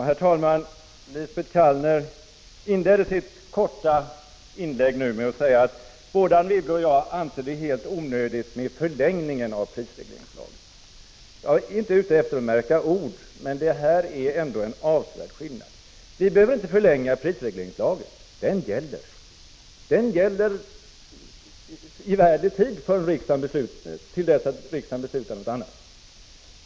Herr talman! Lisbet Calner inledde sitt korta inlägg med att säga att både Anne Wibble och jag anser det helt onödigt med förlängning av prisregleringslagen. Jag är inte ute efter att märka ord, men jag måste framhålla att vi inte behöver förlänga prisregleringslagen. Den gäller i evärdlig tid till dess att riksdagen beslutar något annat.